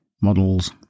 models